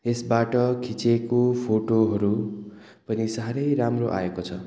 यसबाट खिचेको फोटोहरू पनि साह्रै राम्रो आएको छ